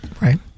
Right